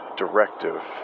directive